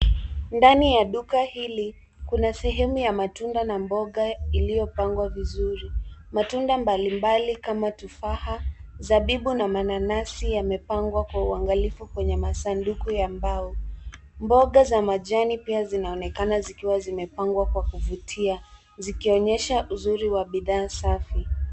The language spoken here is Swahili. Ndani ya duka hili kuna sehemu ya matunda na mboga iliyopangwa vizuri matunda mbalimbali kama tufaha, zabibu na mananasi yamepangwa kwa uangalifu kwenye masanduku ya mbao mboga za majani pia zinaonekana zikiwa zimepangwa kwa kuvutia zikionyesha uzuri wa bidhaa safi.